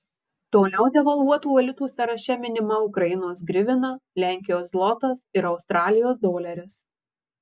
toliau devalvuotų valiutų sąraše minima ukrainos grivina lenkijos zlotas ir australijos doleris